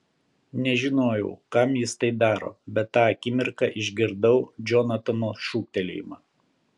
nežinojau kam jis tai daro bet tą akimirką išgirdau džonatano šūktelėjimą